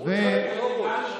שירות צבאי, פרוש.